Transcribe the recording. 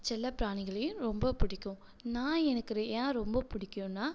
செல்லப் பிராணிகளையும் ரொம்பப் பிடிக்கும் நாய் எனக்கு ஏன் ரொம்பப் பிடிக்குன்னா